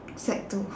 sec two